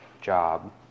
job